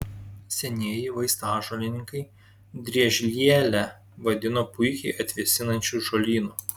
senieji vaistažolininkai driežlielę vadino puikiai atvėsinančiu žolynu